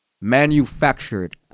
Manufactured